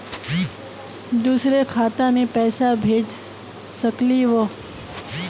दुसरे खाता मैं पैसा भेज सकलीवह?